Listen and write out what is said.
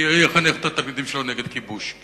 יחנך את התלמידים שלו נגד כיבוש.